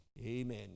Amen